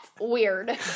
weird